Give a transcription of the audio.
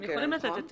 הם יכולים לתת היתר.